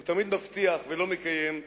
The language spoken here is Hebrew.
הוא תמיד מבטיח ולא מקיים,